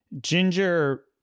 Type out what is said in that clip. Ginger